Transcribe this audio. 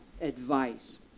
advice